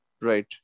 Right